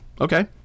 Okay